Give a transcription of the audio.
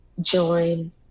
join